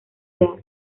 edad